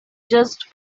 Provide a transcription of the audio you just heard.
just